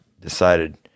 decided